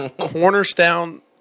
Cornerstone